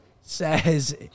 says